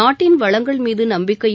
நாட்டின் வளங்கள் மீது நம்பிக்கையும்